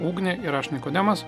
ugnė ir aš nikodemas